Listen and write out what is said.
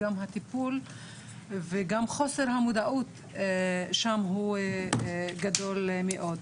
הטיפול וחוסר המודעות שם הוא גדול מאוד.